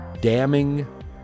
damning